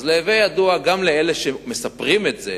אז להווי ידוע גם לאלה שמספרים את זה,